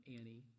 Annie